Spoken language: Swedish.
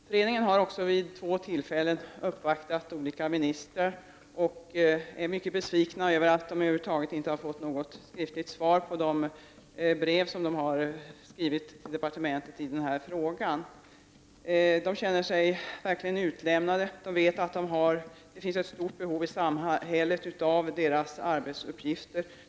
Föreningen har också vi två tillfällen uppvaktat olika ministrar, och den är mycket besviken över att den över huvud taget inte har fått något skriftligt svar från departementet på de brev som har skrivits när det gäller denna fråga. Man känner sig utelämnad. Man vet att det i samhället finns ett stort behov av föreningens arbetsuppgifter.